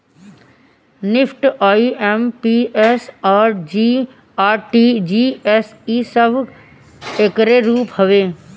NEFT, IMPS, RTGS इ सब एकरे रूप हवे